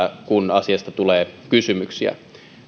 kun asiasta tulee kysymyksiä